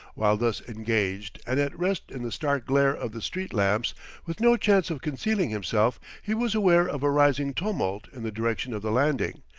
while thus engaged, and at rest in the stark glare of the street-lamps, with no chance of concealing himself, he was aware of a rising tumult in the direction of the landing,